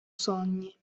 sogni